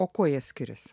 o kuo jie skiriasi